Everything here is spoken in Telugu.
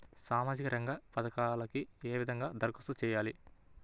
సామాజిక రంగ పథకాలకీ ఏ విధంగా ధరఖాస్తు చేయాలి?